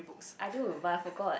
I do but I forgot